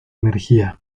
energía